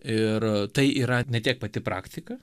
ir tai yra ne tiek pati praktika